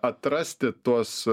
atrasti tuos